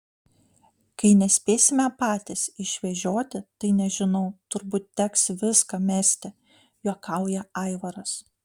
kai nespėsime patys išvežioti tai nežinau turbūt teks viską mesti juokauja aivaras